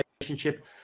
relationship